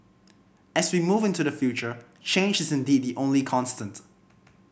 as we move into the future change is indeed the only constant